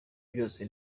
byose